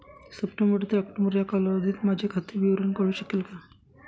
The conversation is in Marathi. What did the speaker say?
सप्टेंबर ते ऑक्टोबर या कालावधीतील माझे खाते विवरण कळू शकेल का?